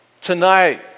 Tonight